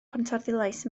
pontarddulais